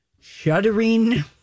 Shuddering